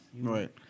Right